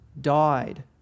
died